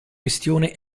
questione